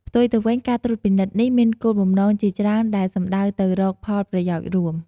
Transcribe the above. ផ្ទុយទៅវិញ ការត្រួតពិនិត្យនេះមានគោលបំណងជាច្រើនដែលសំដៅទៅរកផលប្រយោជន៍រួម។